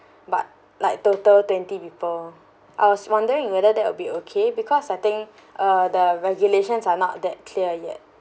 but like total twenty people I was wondering whether that will be okay because I think uh the regulations are not that clear yet